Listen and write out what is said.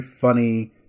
funny